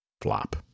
flop